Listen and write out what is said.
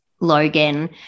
Logan